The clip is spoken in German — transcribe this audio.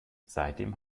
seitdem